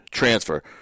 transfer